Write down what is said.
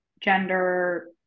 gender